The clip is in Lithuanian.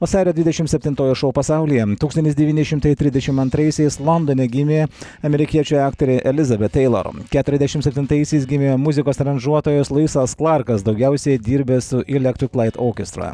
vasario dvidešimt septintoji šou pasaulyje tūkstantis devyni šimtai trisdešimt antraisiais londone gimė amerikiečių aktorė elizabet teilor keturiasdešimt septintaisiais gimė muzikos aranžuotojas luisas klarkas daugiausiai dirbęs electrik lait orkestra